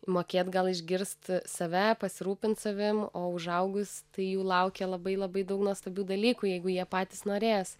mokėt gal išgirst save pasirūpint savimi o užaugus tai jų laukia labai labai daug nuostabių dalykų jeigu jie patys norės